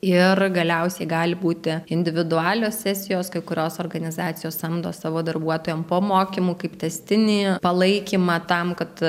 ir galiausiai gali būti individualios sesijos kai kurios organizacijos samdo savo darbuotojam po mokymų kaip tęstinį palaikymą tam kad